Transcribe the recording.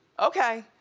okay,